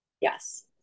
Yes